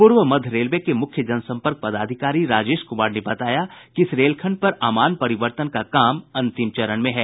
पूर्व मध्य रेलवे के मुख्य जनसंपर्क पदाधिकारी राजेश कुमार ने बताया कि इस रेल खंड पर अमान परिवर्तन का काम अंतिम चरण में है